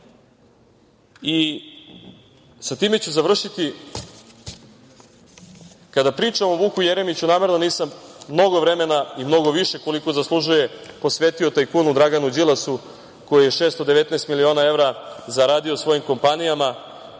time ću završiti, kada pričamo o Vuku Jeremiću, namerno nisam mnogo vremena i mnogo više koliko zaslužuje posvetio tajkunu Draganu Đilasu, koji je 619 miliona evra zaradio svojim kompanijama,